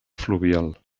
fluvial